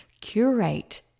curate